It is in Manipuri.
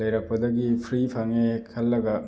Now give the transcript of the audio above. ꯂꯩꯔꯛꯄꯗꯒꯤ ꯐ꯭ꯔꯤ ꯐꯪꯉꯦ ꯈꯜꯂꯒ